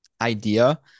idea